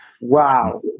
Wow